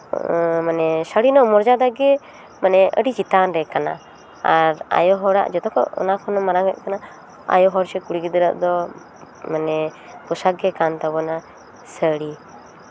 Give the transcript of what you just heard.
ᱥᱟᱹᱲᱤ ᱨᱮᱱᱟᱜ ᱢᱚᱨᱡᱟᱫᱟ ᱜᱮ ᱢᱟᱱᱮ ᱟᱹᱰᱤ ᱪᱮᱛᱟᱱ ᱨᱮ ᱠᱟᱱᱟ ᱟᱨ ᱟᱭᱳ ᱦᱚᱲᱟᱜ ᱡᱚᱛᱚᱠᱷᱚᱱ ᱚᱱᱟ ᱠᱷᱚᱱ ᱢᱟᱨᱟᱝ ᱦᱩᱭᱩᱜ ᱠᱟᱱᱟ ᱟᱭᱳ ᱦᱚᱲ ᱥᱮ ᱠᱩᱲᱤ ᱜᱤᱫᱽᱨᱟᱹ ᱟᱜ ᱫᱚ ᱢᱟᱱᱮ ᱯᱳᱥᱟᱠ ᱜᱮ ᱠᱟᱱ ᱛᱟᱵᱳᱱᱟ ᱥᱟᱹᱲᱤ